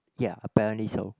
ya apparently so